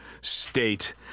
state